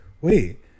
wait